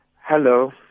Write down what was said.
hello